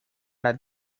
las